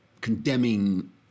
condemning